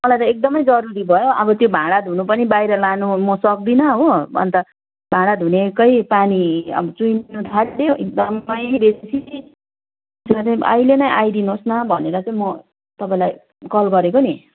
मलाई त एकदमै जरुरी भयो अब त्यो भाँडा धुन पनि बाहिर लानु म सक्दिनँ हो अन्त भाँडा धुनेकै पानी अब चुहिन थाल्यो एकदमै बेसी त्यहाँदेखि अहिले नै आइदिनु होस् न भनेर चाहिँ म तपाईँलाई कल गरेको नि